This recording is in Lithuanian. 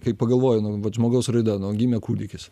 kai pagalvoji nu vat žmogaus raida nu gimė kūdikis